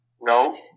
No